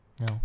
No